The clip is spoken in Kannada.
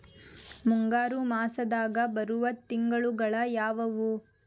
ಮುಂಗಾರು ಮಾಸದಾಗ ಬರುವ ತಿಂಗಳುಗಳ ಯಾವವು?